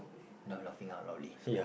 not laughing out loudly